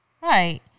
Right